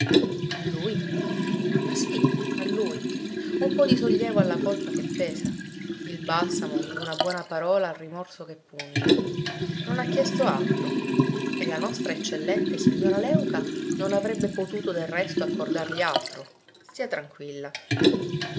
a lui ma sì a lui un po di sollievo alla colpa che pesa il balsamo d'una buona parola al rimorso che punge non ha chiesto altro e la nostra eccellente signora léuca non avrebbe potuto del resto accordargli altro stia tranquilla